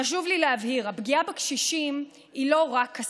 חשוב לי להבהיר: הפגיעה בקשישים היא לא רק כספית,